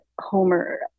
Homer